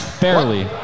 barely